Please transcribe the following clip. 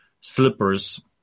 slippers